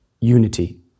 unity